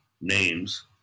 names